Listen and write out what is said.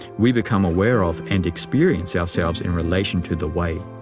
we become aware of, and experience, ourselves in relation to the way.